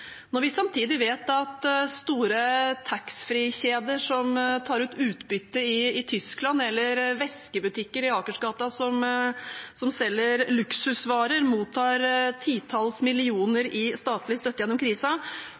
Når vi samtidig vet at store taxfreekjeder som tar ut utbytte i Tyskland, eller veskebutikker i Akersgata som selger luksusvarer, mottar titalls millioner i statlig støtte gjennom